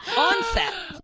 onset.